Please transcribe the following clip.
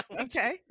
Okay